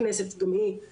וזו גם שאלה שעולה,